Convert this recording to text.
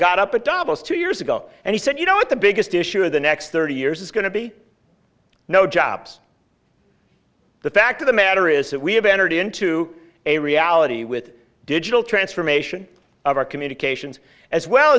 got up at davos two years ago and he said you know what the biggest issue in the next thirty years is going to be no jobs the fact of the matter is that we have entered into a reality with digital transformation of our communications as well